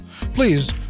please